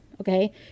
okay